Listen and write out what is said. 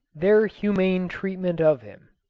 their humane treatment of him